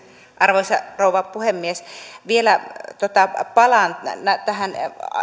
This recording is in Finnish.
arvoisa rouva puhemies vielä palaan tähän